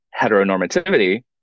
heteronormativity